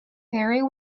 very